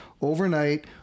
overnight